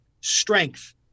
strength